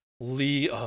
Lee